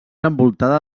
envoltada